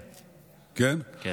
כן.